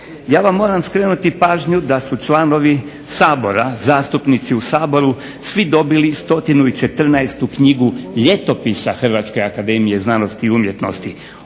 Ja vam moram skrenuti pažnju da su članovi Sabora zastupnici u Saboru svi dobili 114 knjigu ljetopisa Hrvatske akademije znanosti i umjetnosti,